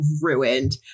ruined